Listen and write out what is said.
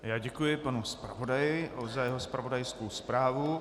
Já děkuji panu zpravodaji za jeho zpravodajskou zprávu.